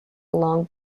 long